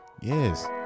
Yes